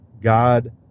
God